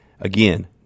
Again